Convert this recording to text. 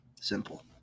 Simple